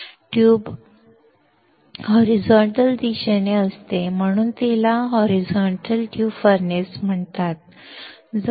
tube क्षैतिज दिशेने असते म्हणून तिला होरिझोंट्ल ट्यूब फर्नेस म्हणतात